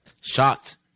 Shocked